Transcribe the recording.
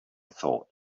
thought